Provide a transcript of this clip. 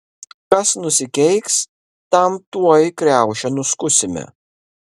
kas nusikeiks tam tuoj kriaušę nuskusime